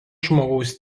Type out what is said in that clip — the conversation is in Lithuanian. žmogaus